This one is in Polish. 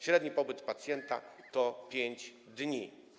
Średni pobyt pacjenta to 5 dni.